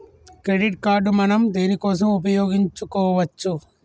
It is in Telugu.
క్రెడిట్ కార్డ్ మనం దేనికోసం ఉపయోగించుకోవచ్చు?